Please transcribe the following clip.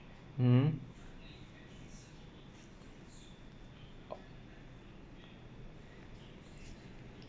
mm